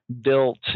built